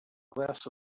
glass